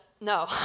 no